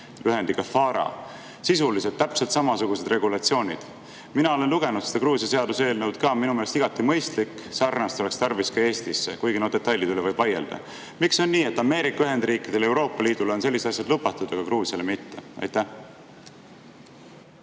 lühendatult FARA. Sisuliselt [on need] täpselt samasugused regulatsioonid. Mina olen lugenud ka seda Gruusia seaduseelnõu – minu meelest igati mõistlik. Sarnast oleks tarvis ka Eestis, kuigi detailide üle võib vaielda. Miks on nii, et Ameerika Ühendriikidele ja Euroopa Liidule on sellised asjad lubatud, aga Gruusiale mitte? Suur